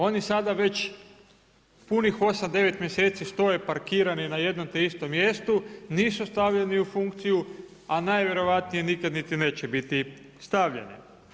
Oni sada već punih 8-9 mjeseci stoje parkirani na jednom te istom mjestu, nisu stavljeni u funkciju, a najvjerojatnije nikad niti neće biti stavljeni.